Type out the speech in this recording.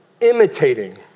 imitating